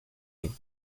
ready